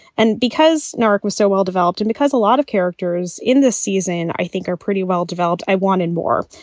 and because naq was so well developed and because a lot of characters in this season, i think are pretty well developed. i wanted more.